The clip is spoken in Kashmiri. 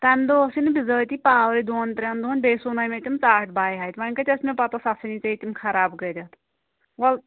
تَمہِ دۄہ اوسُے نہٕ بِذٲتی پاورٕے دۅن ترٛٮ۪ن دۄہَن بیٚیہِ سُوٕنٲے مےٚ تِم ژاٹہٕ بایہِ ہتھ وۅنۍ کتہِ ٲس مےٚ پَتہٕ سۅ ژھُنی ژےٚ تِم خراب کٔرِتھ وَلہٕ